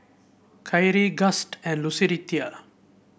Khiry Gust and Lucretia